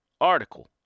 article